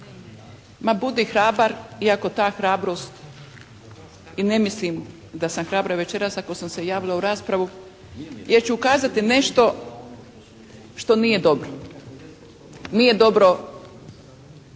budi hrabar iako ta hrabrost i ne mislim da sam hrabra večeras ako sam se javila za raspravu jer ću kazati nešto što nije dobro. Nije dobro